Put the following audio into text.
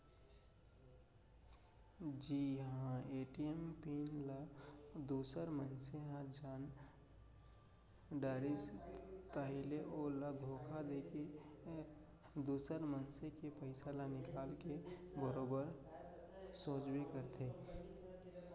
जिहां ATM pin ल दूसर मनसे ह जान डारिस ताहाँले ओ ह धोखा देके दुसर मनसे के पइसा ल निकाल के बरोबर सोचबे करथे